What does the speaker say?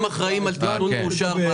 הם אחראיים על --- יואב,